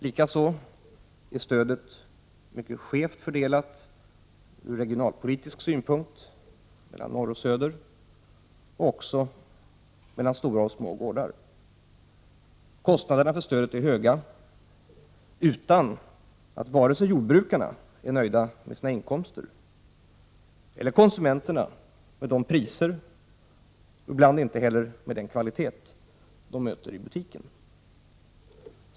Likaså är stödet mycket skevt fördelat ur regionalpolitisk synpunkt mellan norr och söder och också mellan stora och små gårdar. Kostnaderna för stödet är höga, utan att vare sig jordbrukarna är nöjda med sina inkomster eller konsumenterna är nöjda med de priser och ibland även den kvalitet som de möter i butikerna.